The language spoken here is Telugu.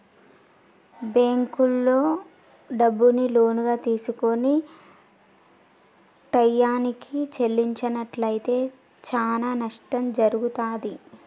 బ్యేంకుల్లో డబ్బుని లోనుగా తీసుకొని టైయ్యానికి చెల్లించనట్లయితే చానా నష్టం జరుగుతాది